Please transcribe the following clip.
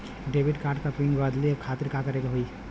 Debit card क pin बदले खातिर का करेके होई?